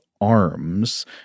arms